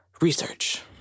research